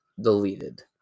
deleted